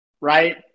right